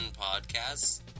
podcasts